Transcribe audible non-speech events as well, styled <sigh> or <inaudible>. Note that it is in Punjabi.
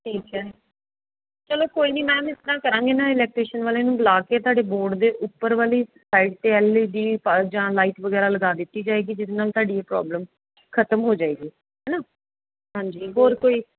ਠੀਕ ਹੈ ਚਲੋ ਕੋਈ ਨਹੀਂ ਮੈਮ ਇਸ ਤਰ੍ਹਾਂ ਕਰਾਂਗੇ ਨਾ ਇਲੈਕਟ੍ਰੀਸ਼ਨ ਵਾਲੇ ਨੂੰ ਬੁਲਾ ਕੇ ਤੁਹਾਡੇ ਬੋਰਡ ਦੇ ਉੱਪਰ ਵਾਲੀ ਸਾਈਡ 'ਤੇ ਐਲ ਈ ਡੀ <unintelligible> ਜਾਂ ਲਾਈਟ ਵਗੈਰਾ ਲਗਾ ਦਿੱਤੀ ਜਾਏਗੀ ਜਿਹਦੇ ਨਾਲ ਤੁਹਾਡੀ ਇਹ ਪ੍ਰੋਬਲਮ ਖ਼ਤਮ ਹੋ ਜਾਏਗੀ ਹੈ ਨਾ ਹਾਂਜੀ ਹੋਰ ਕੋਈ